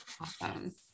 Awesome